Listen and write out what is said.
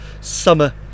summer